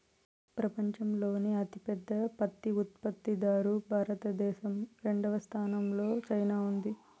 పపంచంలోనే అతి పెద్ద పత్తి ఉత్పత్తి దారు భారత దేశం, రెండవ స్థానం లో చైనా ఉంది